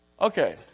okay